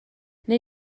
wnei